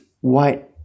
white